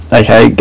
okay